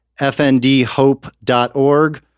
fndhope.org